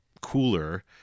cooler